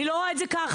אני לא רואה את זה ככה.